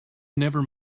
never